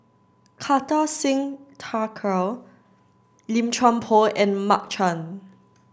Kartar Singh Thakral Lim Chuan Poh and Mark Chan